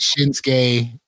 Shinsuke